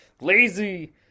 lazy